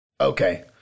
Okay